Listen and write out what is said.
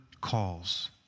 calls